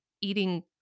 eating